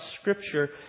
scripture